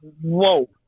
whoa